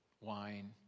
wine